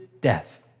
death